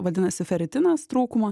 vadinasi feritinas trūkumą